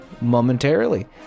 momentarily